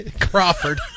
crawford